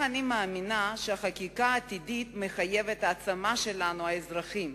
אני מאמינה שהחקיקה העתידית מחייבת העצמה שלנו האזרחים.